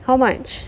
how much